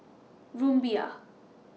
Rumbia